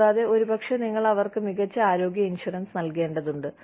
കൂടാതെ ഒരുപക്ഷേ നിങ്ങൾ അവർക്ക് മികച്ച ആരോഗ്യ ഇൻഷുറൻസ് നൽകേണ്ടതുണ്ട്